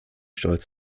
stolz